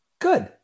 good